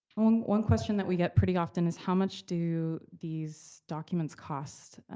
um one question that we get pretty often is, how much do these documents cost?